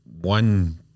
one